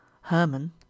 Herman